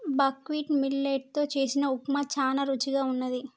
buckwheat millet తో చేసిన ఉప్మా చానా రుచిగా వున్నది